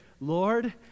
Lord